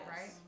Right